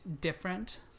different